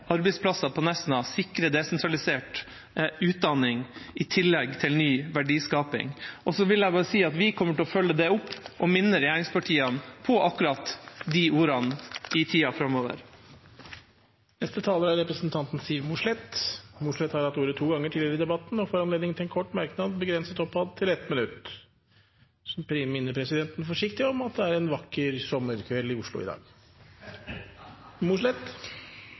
arbeidsplasser på Nesna og sikre desentralisert utdanning i tillegg til ny verdiskaping. Jeg vil si at vi kommer til å følge det opp og minne regjeringspartiene på akkurat de ordene i tida framover. Representanten Siv Mossleth har hatt ordet to ganger tidligere og får ordet til en kort merknad, begrenset til 1 minutt. Så minner presidenten forsiktig om at det er en vakker sommerkveld i Oslo i dag.